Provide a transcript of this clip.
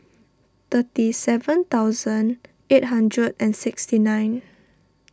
thirty seven thousand eight hundred and sixty nine